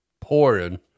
pouring